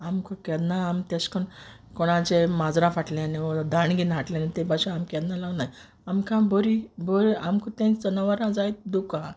आमक केन्ना आम तेश कोन्न कोणाचेय माजरा फाटल्यान वो दांड घेन फाटल्यान ते भाशीन आम केन्ना लागोलनाय आमकां बोरी बोर आम तें जनावरां जायत दूख आहा